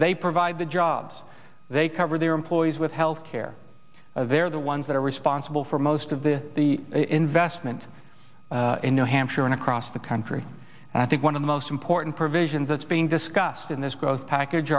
they provide the jobs they cover their employees with health care of they're the ones that are responsible for most of the the investment in new hampshire and across the country and i think one of the most important provisions that's being discussed in this growth package